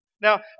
Now